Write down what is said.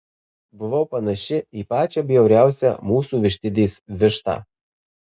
buvau panaši į pačią bjauriausią mūsų vištidės vištą